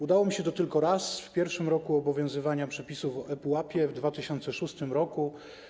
Udało mi się to tylko raz, w pierwszym roku obowiązywania przepisów o ePUAP, w 2006 r.